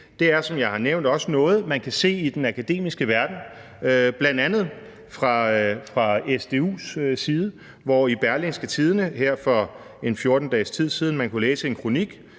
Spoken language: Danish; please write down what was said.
Det er, som jeg har nævnt, også noget, man kan se i den akademiske verden, bl.a. fra SDU's side, hvor man i Berlingske her for ca. 14 dage siden kunnet læse i en kronik,